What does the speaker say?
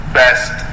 best